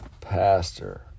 Pastor